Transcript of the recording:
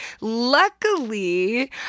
Luckily